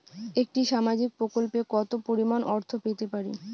একটি সামাজিক প্রকল্পে কতো পরিমাণ অর্থ পেতে পারি?